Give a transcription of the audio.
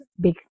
big